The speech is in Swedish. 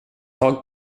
tag